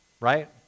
right